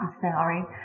salary